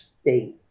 state